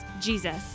Jesus